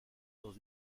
dans